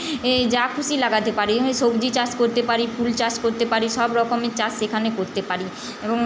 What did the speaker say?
এ যা খুশি লাগাতে পারি আমি সবজি চাষ করতে পারি ফুল চাষ করতে পারি সব রকমের চাষ সেখানে করতে পারি এবং